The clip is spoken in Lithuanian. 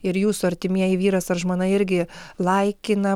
ir jūsų artimieji vyras ar žmona irgi laikina